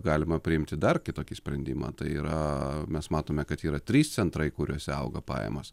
galima priimti dar kitokį sprendimą tai yra mes matome kad yra trys centrai kuriuose auga pajamos